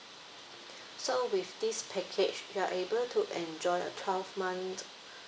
so with this package you're able to enjoy a twelve month